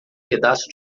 pedaço